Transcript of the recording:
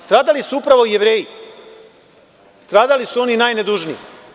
Stradali su upravo Jevreji, stradali su oni najnedužniji.